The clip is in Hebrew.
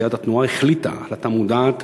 סיעת התנועה החליטה החלטה מודעת